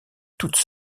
toute